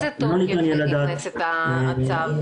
לאיזה תוקף נכנס הצו?